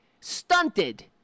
stunted